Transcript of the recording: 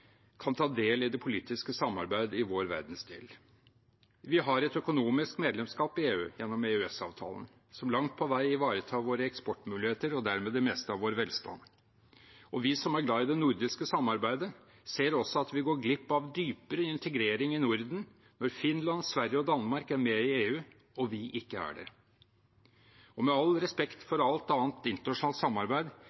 kan ta del i det politiske samarbeid i vår verdensdel. Vi har et økonomisk medlemskap i EU gjennom EØS-avtalen, som langt på vei ivaretar våre eksportmuligheter og dermed det meste av vår velstand. Vi som er glad i det nordiske samarbeidet, ser også at vi går glipp av dypere integrering i Norden når Finland, Sverige og Danmark er med i EU og vi ikke er det. Med all respekt